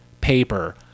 paper